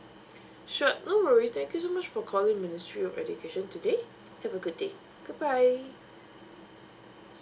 sure no worry thank you so much for calling ministry of education today have a good day good bye